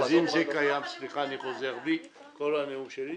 אם זה קיים, סליחה, אני חוזר בי, מכל הנאום שלי.